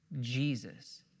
Jesus